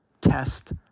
test